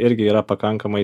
irgi yra pakankamai